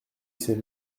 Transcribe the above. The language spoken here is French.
ses